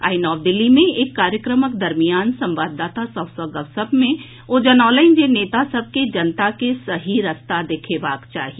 आई नव दिल्ली मे एक कार्यक्रमक दरमियान संवाददाता सभ सँ गपशप मे ओ जनौलनि जे नेता सभ के जनता के सही रास्ता देखैबाक चाही